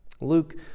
Luke